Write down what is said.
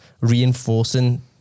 reinforcing